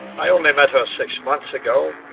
i only met her six months ago.